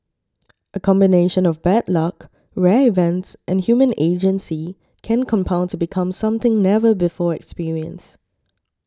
a combination of bad luck rare events and human agency can compound to become something never before experienced